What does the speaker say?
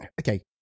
okay